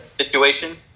situation